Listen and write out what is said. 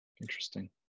Interesting